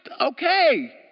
Okay